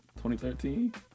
2013